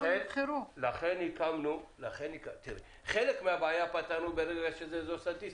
חלק מן הבעיה פתרנו בכך שזה אזור סטטיסטי.